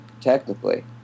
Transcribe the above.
technically